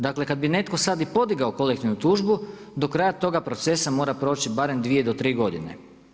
Dakle, kad bi netko sad i podigao kolektivnu tužbu do kraja toga procesa mora proći barem dvije do tri godine.